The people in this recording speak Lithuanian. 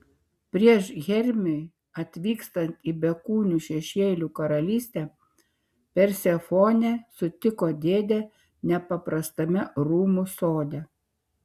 prieš hermiui atvykstant į bekūnių šešėlių karalystę persefonė sutiko dėdę nepaprastame rūmų sode